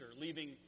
leaving